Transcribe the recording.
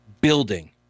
building